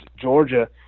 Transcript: Georgia